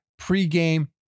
pregame